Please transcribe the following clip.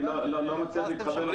אני לא מצליח להתחבר לחסרונות.